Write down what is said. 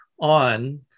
on